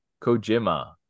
kojima